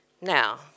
Now